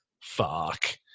Fuck